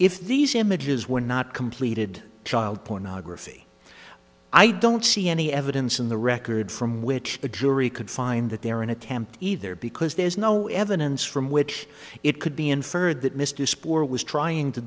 if these images were not completed child pornography i don't see any evidence in the record from which a jury could find that there an attempt either because there's no evidence from which it could be inferred that mr spore was trying to